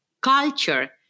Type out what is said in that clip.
culture